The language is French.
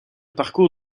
parcours